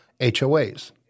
HOAs